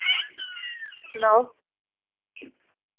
सनाओ